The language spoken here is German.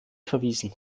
verwiesen